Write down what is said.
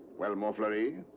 well, montfleury?